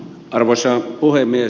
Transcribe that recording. arvoisa puhemies